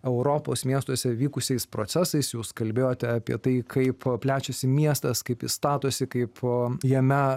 europos miestuose vykusiais procesais jūs kalbėjote apie tai kaip plečiasi miestas kaip jis statosi kaip jame